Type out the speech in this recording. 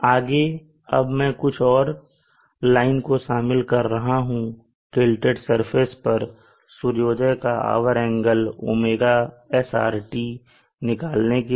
आगे अब मैं कुछ और लाइन को शामिल कर रहा हूं टीलटेड सरफेस पर सूर्योदय का आवर एंगल ωsrt निकालने के लिए